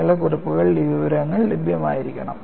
നിങ്ങളുടെ കുറിപ്പുകളിൽ ഈ വിവരങ്ങൾ ലഭ്യമായിരിക്കണം